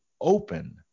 open